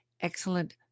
excellent